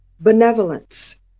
benevolence